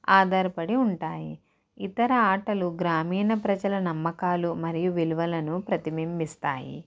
ఆధారపడి ఉంటాయి ఇతర ఆటలు గ్రామీణ ప్రజల నమ్మకాలు మరియు విలువలను ప్రతిబింబిస్తాయి